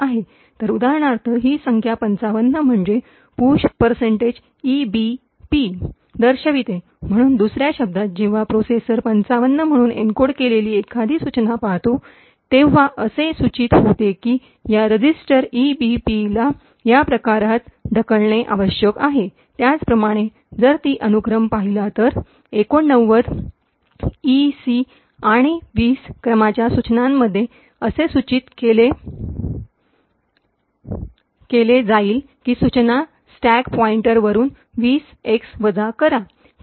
तर उदाहरणार्थ ही संख्या ५५ म्हणजे पुशईबीपी pushEBP दर्शविते म्हणून दुसर्या शब्दांत जेव्हा प्रोसेसर ५५ म्हणून एन्कोड केलेली एखादी सूचना पाहतो तेव्हा असे सूचित होते की या रजिस्टर ईबीपीला या प्रकारात ढकलणे आवश्यक आहे त्याचप्रमाणे जर ती अनुक्रम पाहिली तर ८९ ईसी आणि २० क्रमांकाच्या सूचनांमध्ये असे सूचित केले जाईल की सूचना स्टॅक पॉईन्टर वरून २० एक्स वजा करा